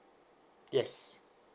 yes